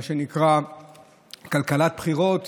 מה שנקרא כלכלת בחירות,